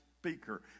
speaker